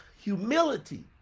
humility